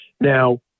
Now